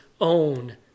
own